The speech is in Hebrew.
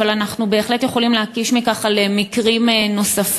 אבל אנחנו בהחלט יכולים להקיש ממנו על מקרים נוספים.